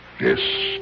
yes